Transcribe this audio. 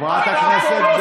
חברת הכנסת,